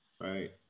Right